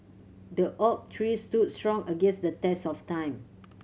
the oak tree stood strong against the test of time